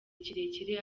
kirekire